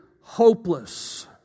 hopeless